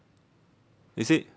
is it